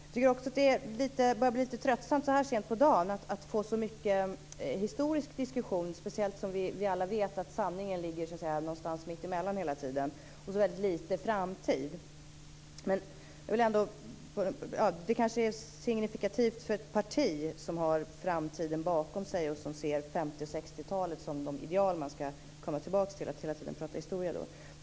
Jag tycker att det börjar bli litet tröttsamt att så här sent på dagen få höra så mycket historisk diskussion - speciellt med tanke på att vi alla vet att sanningen hela tiden ligger någonstans mittemellan - och så litet om framtiden. Det är kanske signifikativt för ett parti som har framtiden bakom sig och som ser 50 och 60 talen som de ideal man skall komma tillbaks till.